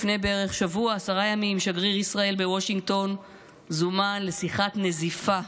לפני בערך שבוע או עשרה ימים שגריר ישראל בוושינגטון זומן לשיחת נזיפה.